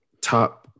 Top